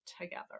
together